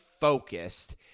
focused